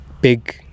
big